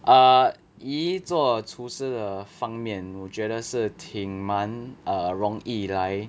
err 以做厨师的方面我觉得是挺蛮 err 容易来